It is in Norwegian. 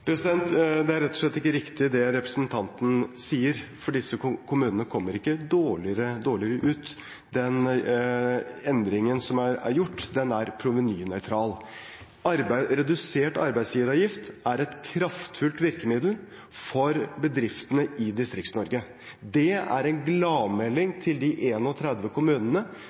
Det representanten sier, er rett og slett ikke riktig, for disse kommunene kommer ikke dårligere ut. Endringen som er gjort, er provenynøytral. Redusert arbeidsgiveravgift er et kraftfullt virkemiddel for bedriftene i Distrikts-Norge. Det er en gladmelding til de 31 kommunene